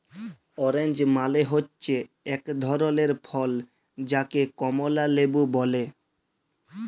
orange মালে হচ্যে এক ধরলের ফল যাকে কমলা লেবু ব্যলে